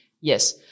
Yes